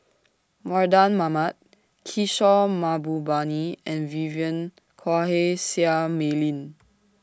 Mardan Mamat Kishore Mahbubani and Vivien Quahe Seah Mei Lin